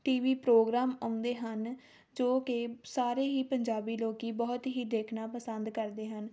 T V programme ਆਉਂਦੇ ਹਨ ਜੋ ਕਿ ਸਾਰੇ ਹੀ ਪੰਜਾਬੀ ਲੋਕ ਬਹੁਤ ਹੀ ਦੇਖਣਾ ਪਸੰਦ ਕਰਦੇ ਹਨ